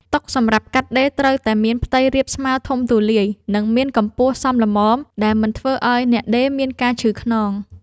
តុសម្រាប់កាត់ដេរត្រូវតែមានផ្ទៃរាបស្មើធំទូលាយ និងមានកម្ពស់សមល្មមដែលមិនធ្វើឱ្យអ្នកដេរមានការឈឺខ្នង។